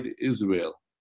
Israel